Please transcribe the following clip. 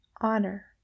Honor